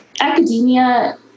academia